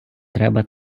треба